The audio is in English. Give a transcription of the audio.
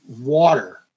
water